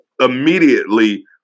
immediately